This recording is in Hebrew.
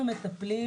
אנחנו מטפלים